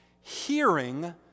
hearing